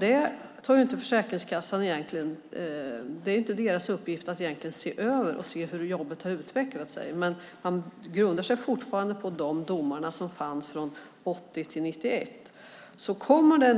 Det är inte Försäkringskassans uppgift egentligen att se hur jobbet har utvecklats, men man grundar sig fortfarande på de domar som kom 1980-1991.